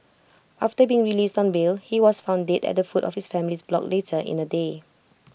after being released on bail he was found dead at the foot of his family's block later in the day